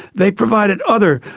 they provided other,